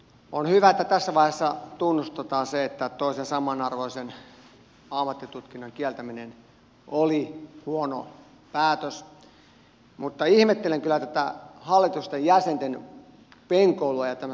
on hyvä että tässä vaiheessa tunnustetaan se että toisen samanarvoisen ammattitutkinnon kieltäminen oli huono päätös mutta ihmettelen kyllä tätä hallitusten jäsenten venkoilua ja vastuun pakoilua